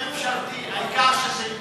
לא אכפת לי שזה יהיה ממשלתי, העיקר שזה ייכנס.